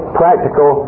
practical